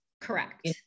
Correct